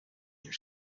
near